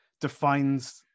defines